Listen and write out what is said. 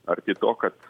arti to kad